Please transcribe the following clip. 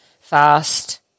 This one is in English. fast